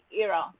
era